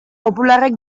popularrek